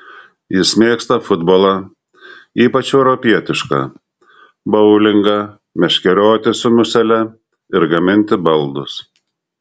jis mėgsta futbolą ypač europietišką boulingą meškerioti su musele ir gaminti baldus